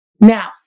Now